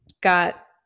got